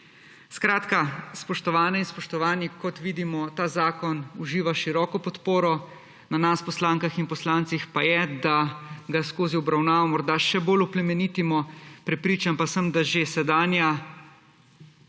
Skratka, spoštovane in spoštovani, kot vidimo, ta zakon uživa široko podporo, na nas poslankah in poslancih pa je, da ga skozi obravnavo morda še bolj oplemenitimo. Prepričan pa sem, da že sedanja